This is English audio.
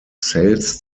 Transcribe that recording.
sales